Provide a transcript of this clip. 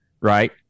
Right